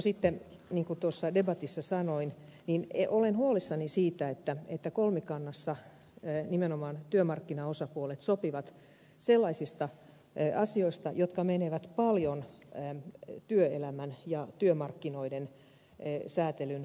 sitten niin kuin tuossa debatissa sanoin olen huolissani siitä että kolmikannassa nimenomaan työmarkkinaosapuolet sopivat sellaisista asioista jotka menevät paljon työelämän ja työmarkkinoiden säätelyn tuolle puolen